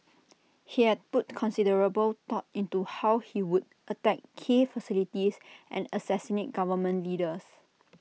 he had put considerable thought into how he would attack key facilities and assassinate government leaders